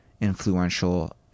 influential